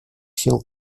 сил